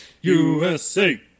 USA